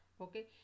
okay